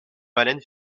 baleine